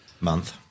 month